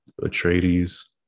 Atreides